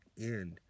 end